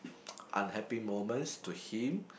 unhappy moments to him